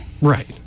Right